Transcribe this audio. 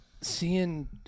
Seeing